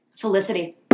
Felicity